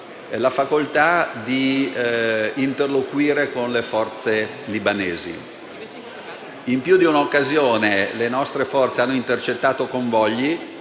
più che di interloquire con le forze libanesi. In più di un'occasione le nostre forze hanno intercettato convogli